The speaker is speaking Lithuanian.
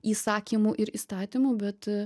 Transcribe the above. įsakymų ir įstatymų bet